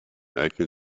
eignen